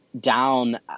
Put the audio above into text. down